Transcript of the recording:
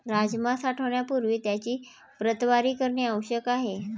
राजमा साठवण्यापूर्वी त्याची प्रतवारी करणे आवश्यक आहे